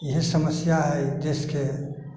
इएह समस्या हइ देशके